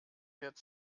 fährt